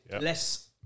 less